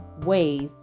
ways